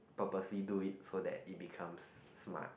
purposely do it so that it becomes smart